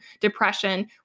depression